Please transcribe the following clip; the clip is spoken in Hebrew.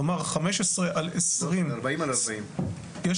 כלומר 15 על עשרים --- 40 על 40. יש